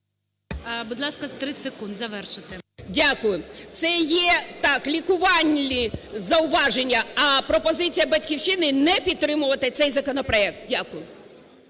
Будь ласка, 30 секунд завершити. КУЖЕЛЬ О.В. Дякую. Це є, так, лікувальні зауваження, а пропозиція "Батьківщини": не підтримувати цей законопроект. Дякую.